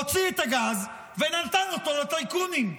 הוציא את הגז ונתן אותו לטייקונים.